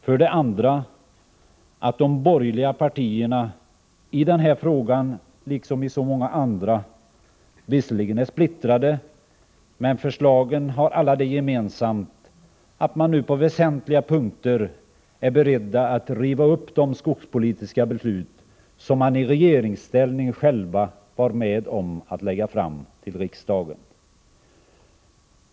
För det andra att de borgerliga partierna, i den här frågan liksom i så många andra, visserligen är splittrade, men ändå nu är beredda — vilket alla förslagen har gemensamt — att på väsentliga punkter riva upp de skogspolitiska beslut som man i regeringsställning själv var med om att lägga fram för riksdagen.